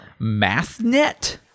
MathNet